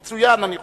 זה מצוין, אני חושב.